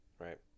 right